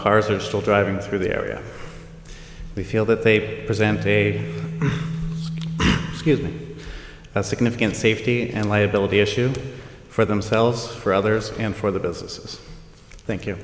cars are still driving through the area we feel that they present a hugely significant safety and liability issue for themselves for others and for the businesses thank you